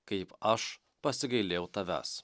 kaip aš pasigailėjau tavęs